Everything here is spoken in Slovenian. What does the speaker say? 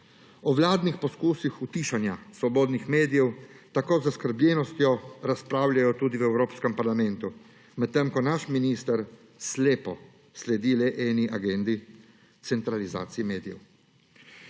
O vladnih poskusih utišanja svobodnih medijev tako z zaskrbljenostjo razpravljajo tudi v Evropskem parlamentu, medtem ko naš minister slepo sledi le eni agendi – centralizaciji medijev.